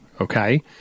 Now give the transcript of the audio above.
okay